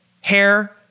hair